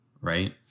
right